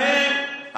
גם הם,